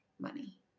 money